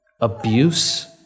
abuse